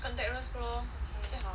contactless lor is about